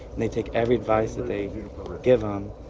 and they take every advice that they give them.